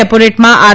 રેપોરેટમાં R